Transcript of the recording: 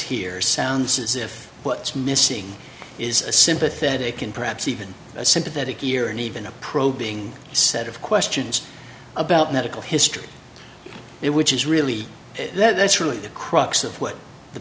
here sounds as if what's missing is a sympathetic and perhaps even a sympathetic ear and even a probing set of questions about medical history it which is really that's really the crux of